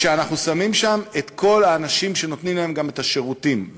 ואנחנו שמים שם את כל האנשים שנותנים להם גם את השירותים,